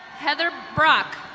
heather brock.